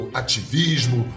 ativismo